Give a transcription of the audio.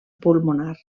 pulmonar